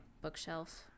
bookshelf